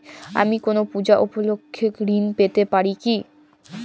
আমি কোনো পূজা উপলক্ষ্যে ঋন পেতে পারি কি?